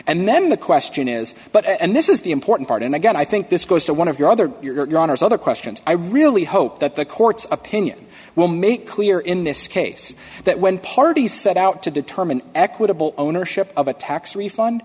and then the question is but and this is the important part and again i think this goes to one of your other your daughter's other questions i really hope that the court's opinion will make clear in this case that when parties set out to determine equitable ownership of a tax refund